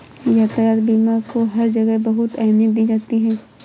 यातायात बीमा को हर जगह बहुत अहमियत दी जाती है